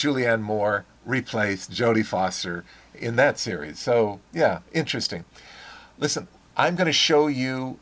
julianne moore replaced jodie foster in that series so yeah interesting listen i'm going to show you